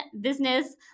business